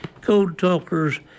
code-talkers